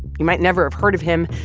you might never have heard of him,